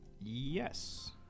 Yes